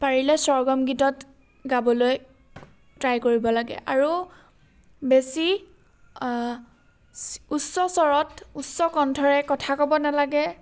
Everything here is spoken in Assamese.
পাৰিলে স্বৰগম গীতত গাবলৈ ট্ৰাই কৰিব লাগে আৰু বেছি উচ্চস্বৰত উচ্চ কণ্ঠৰে কথা ক'ব নালাগে